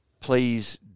please